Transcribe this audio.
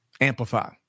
amplify